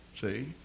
See